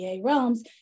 realms